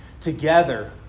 together